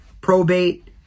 probate